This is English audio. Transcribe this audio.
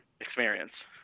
experience